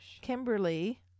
Kimberly